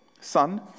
Son